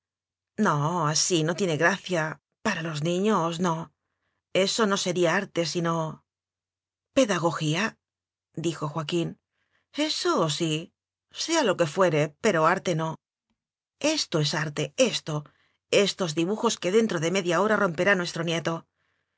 no así no tiene gracia para los niños no eso no sería arte sino pedagogíadijo joaquín eso sí sea lo que fuere pero arte no esto es arte esto estos dibujos que dentro de media hora romperá nuestro nieto